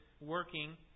working